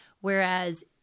Whereas